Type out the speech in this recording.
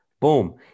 boom